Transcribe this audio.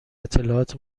اطلاعات